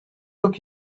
took